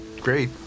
Great